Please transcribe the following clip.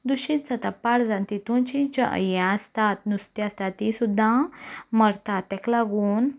दुशीत जाता पाड जावन तातूंत जीं ज हीं आसतात नुस्तें आसतात तीं सुद्दां मरतात ताका लागून